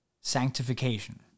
sanctification